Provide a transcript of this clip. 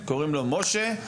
אתה מסתכל האם משה,